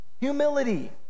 Humility